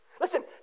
Listen